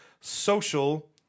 Social